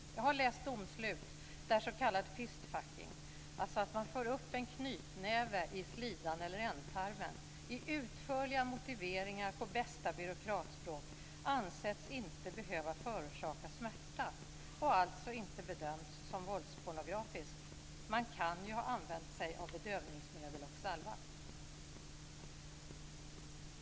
Jag har läst domslut där s.k. fistfucking, alltså att man för upp en knytnäve i slidan eller ändtarmen, i utförliga motiveringar på bästa byråkratspråk ansetts inte behöva förorsaka smärta och alltså inte bedömts som våldspornografisk. Man kan ju ha använt sig av bedövningsmedel och salva.